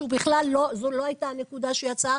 שזו לא הייתה הנקודה שהוא יצא,